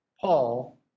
Paul